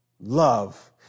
love